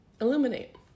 illuminate